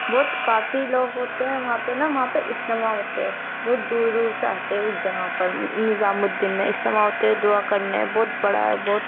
بہت کافی لوگ ہوتے ہیں وہاں پہ نا وہاں پہ استماع ہوتے ہیں بہت دور دور سے آتے ہیں اس جگہ پر نظام الدین میں استماع ہوتے ہیں دعا کرنے بہت بڑا ہے بہت